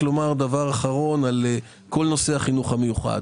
לגבי נושא החינוך המיוחד,